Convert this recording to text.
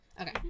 Okay